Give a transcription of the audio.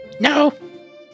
No